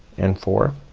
and four